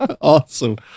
Awesome